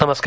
नमस्कार